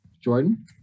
Jordan